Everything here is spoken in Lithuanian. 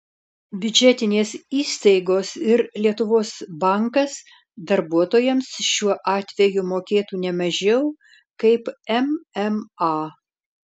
biudžetinės įstaigos ir lietuvos bankas darbuotojams šiuo atveju mokėtų ne mažiau kaip mma